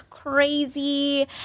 crazy